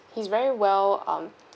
he's very well um